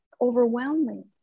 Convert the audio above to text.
overwhelming